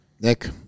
Nick